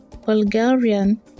Bulgarian